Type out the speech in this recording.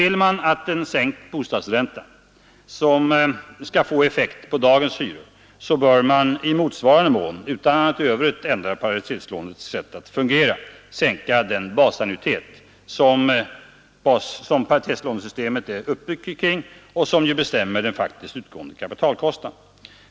Vill man att en sänkt bostadsränta skall få effekt på dagens hyror bör man i motsvarande mån, utan att i övrigt ändra paritetslånets sätt att fungera, sänka den ”basannuitet” som paritetslånesystemet är uppbyggt kring och som bestämmer den faktiskt utgående kapitalkostnaden.